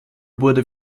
wurde